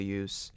use